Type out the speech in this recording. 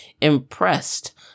impressed